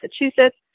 Massachusetts